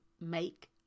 make